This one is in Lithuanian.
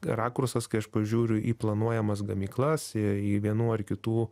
rakursas kai aš pažiūriu į planuojamas gamyklas į vienų ar kitų